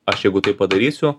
aš jeigu taip padarysiu